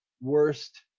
worst